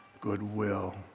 goodwill